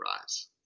rise